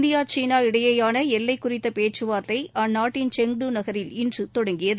India சீனா இடையேயான எல்லை குறித்த பேச்சுவார்த்தை அந்நாட்டின் செங்டு நகரில் இன்று நடைபெற்றது